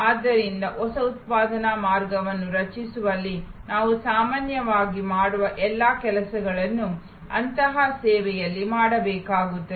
ಆದ್ದರಿಂದ ಹೊಸ ಉತ್ಪಾದನಾ ಮಾರ್ಗವನ್ನು ರಚಿಸುವಲ್ಲಿ ನಾವು ಸಾಮಾನ್ಯವಾಗಿ ಮಾಡುವ ಎಲ್ಲಾ ಕೆಲಸಗಳನ್ನು ಅಂತಹ ಸೇವೆಯಲ್ಲಿ ಮಾಡಬೇಕಾಗುತ್ತದೆ